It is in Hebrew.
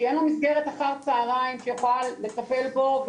כי אין לו מסגרת אחר הצהריים שיכולה לטפל בו.